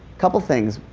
couple things,